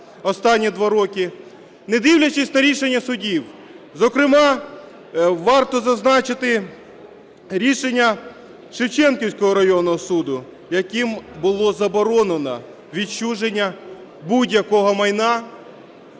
не дивлячись на рішення судів. Зокрема, варто зазначити рішення Шевченківського районного суду, яким було заборонено відчуження будь-якого майна